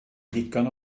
ddigon